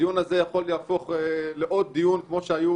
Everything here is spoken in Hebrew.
הדיון יכול להפוך לעוד דיון כמו שהיו